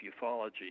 ufology